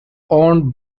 owned